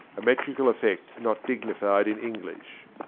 a metrical effect not dignified in english,